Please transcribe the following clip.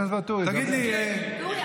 חבר הכנסת ואטורי, יש לך זכות דיבור,